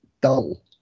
dull